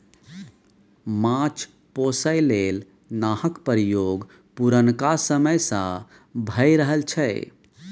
माछ पोसय लेल नाहक प्रयोग पुरनका समय सँ भए रहल छै